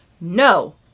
no